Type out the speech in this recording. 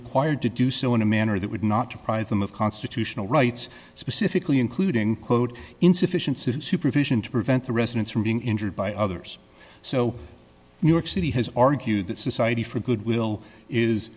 required to do so in a manner that would not deprive them of constitutional rights specifically including quote insufficiency supervision to prevent the residents from being injured by others so new york city has argued that society for good will is